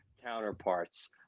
Counterparts